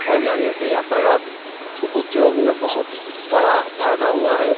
बढ़ जाने से यातायात तो उद्योग में बहुत बड़ा फायदा हुआ है